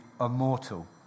immortal